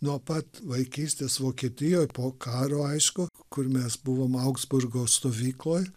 nuo pat vaikystės vokietijoj po karo aišku kur mes buvom augsburgo stovykloj